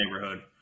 neighborhood